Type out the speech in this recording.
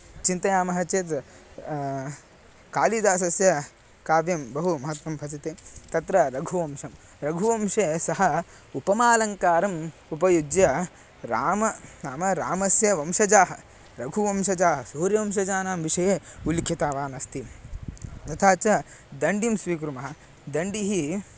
चिन्तयामः चेद् कालिदासस्य काव्यं बहु महत्त्वं भजते तत्र रघुवंशं रघुवंशे सः उपमालङ्कारम् उपयुज्य राम नाम रामस्य वंशजाः रघुवंशजाः सूर्यवंशजानां विषये उल्लिखितावान् अस्ति यथा च दण्डिं स्वीकुर्मः दण्डिः